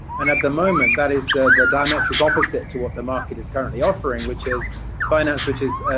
and at the moment that is the the diametric opposite to what the market is currently offering, which is finance which is,